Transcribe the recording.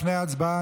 לפני ההצבעה,